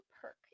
Perk